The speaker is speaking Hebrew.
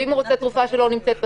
ואם הוא רוצה תרופות שלא נמצאת בסל?